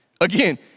Again